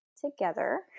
together